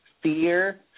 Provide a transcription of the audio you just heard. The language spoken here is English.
Fear